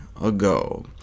ago